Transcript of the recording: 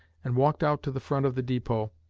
and walked out to the front of the depot,